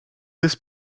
this